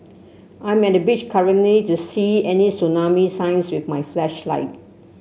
I'm at the beach currently to see any tsunami signs with my flashlight